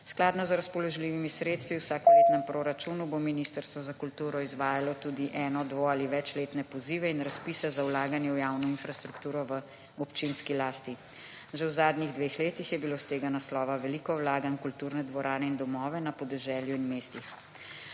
Skladno z razpoložljivimi sredstvi v vsakoletnem proračunu bo Ministrstvo za kulturo izvajalo tudi eno, dvo ali večletne pozive in razpise za vlaganje v javno infrastrukturo v občinski lasti. Že v zadnjih dveh letih je bilo s tega naslova veliko vlaganj v kulturne dvorane in domove na podeželju in v mestih.